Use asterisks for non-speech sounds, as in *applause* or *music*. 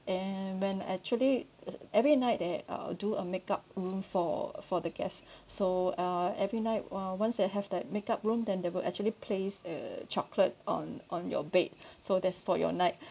and when actually every night they uh do a makeup room for for the guest *breath* so uh every night !wah! once they have that makeup room then they will actually place a chocolate on on your bed *breath* so that's for your night *breath*